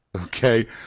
Okay